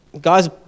guys